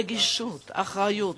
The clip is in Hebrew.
רגישות, אחריות,